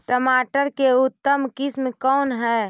टमाटर के उतम किस्म कौन है?